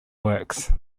works